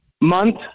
month